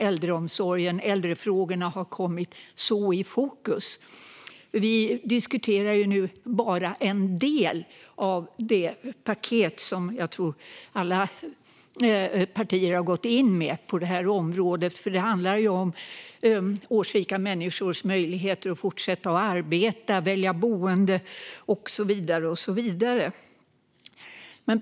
Äldreomsorgen och äldrefrågorna har verkligen kommit i fokus. Vi diskuterar nu bara en del av det paket som jag tror alla partier har gått in med på området. Det handlar om årsrika människors möjligheter att fortsätta att arbeta, att välja boende och så vidare.